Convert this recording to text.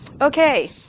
Okay